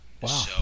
Wow